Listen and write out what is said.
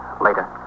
Later